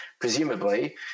presumably